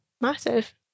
massive